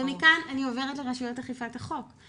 מכאן אני עוברת לרשויות אכיפת החוק.